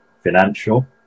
financial